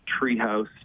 Treehouse